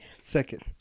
second